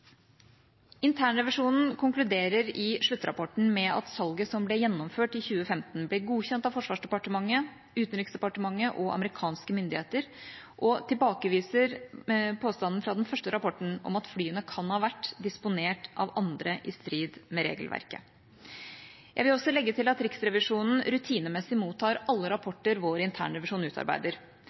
Internrevisjonen konkluderer i sluttrapporten med at salget som ble gjennomført i 2015, ble godkjent av Forsvarsdepartementet, Utenriksdepartementet og amerikanske myndigheter og tilbakeviser påstanden fra den første rapporten om at flyene kan ha vært disponert av andre, i strid med regelverket. Jeg vil også legge til at Riksrevisjonen rutinemessig mottar alle rapporter vår internrevisjon utarbeider.